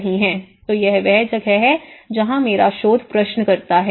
तो यह वह जगह है जहाँ मेरा शोध प्रश्न करता है